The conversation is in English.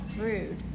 rude